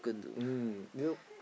mm you know